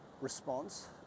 response